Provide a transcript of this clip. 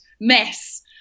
mess